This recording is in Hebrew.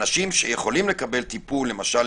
אנשים שיכולים לקבל טיפול למשל,